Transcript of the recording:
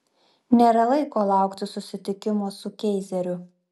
nėra laiko laukti susitikimo su keizeriu